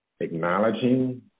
Acknowledging